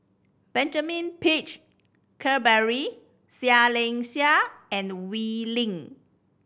Benjamin Peach Keasberry Seah Liang Seah and Wee Lin